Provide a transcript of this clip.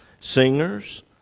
singers